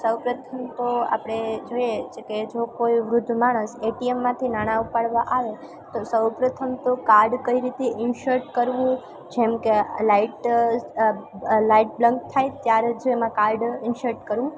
સૌપ્રથમ તો આપણે જોઈયે છે કે જો કોઈ વૃદ્ધ માણસ એટીએમમાંથી નાણાં ઉપાડવામાં આવે તો સૌપ્રથમ તો કાર્ડ કઈ રીતે ઇન્સ્ટ કરવું જેમકે લાઇટ લાઇટ બંધ થાયે ત્યારે જ એમાં કાર્ડ ઇન્સ્ટ કરવું